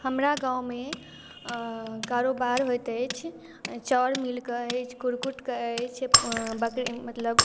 हमरा गाममे कारोबार होइत अछि चाउर मिलके अछि कुक्कुटके अछि बकरी मतलब